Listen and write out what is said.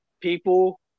people